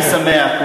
אני שמח,